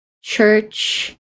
Church